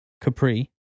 capri